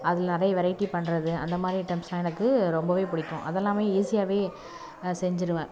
அதில் நிறைய வெரைட்டி பண்ணுறது அந்த மாதிரி ஐட்டம்ஸெலாம் எனக்கு ரொம்பவே பிடிக்கும் அதெல்லாமே ஈசியாகவே செஞ்சுருவேன்